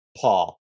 Paul